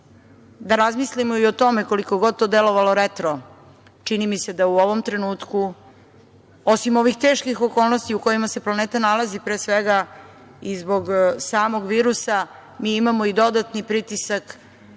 da razmislimo i o tome, koliko god to delovalo retro, čini mi se da u ovom trenutku, osim ovih teških okolnosti u kojima se planeta nalazi, pre svega i zbog samog virusa, mi imamo i dodatni pritisak